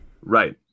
Right